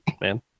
man